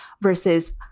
versus